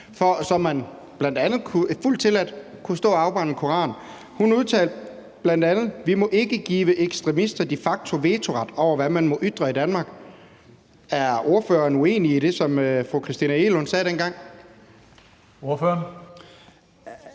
så man bl.a. fuldt tilladt kunne stå og afbrænde en koran. Hun udtalte bl.a.: Vi må ikke give ekstremister de facto vetoret over, hvad man må ytre i Danmark. Er ordføreren uenig i det, som fru Christina Egelund sagde dengang? Kl.